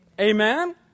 Amen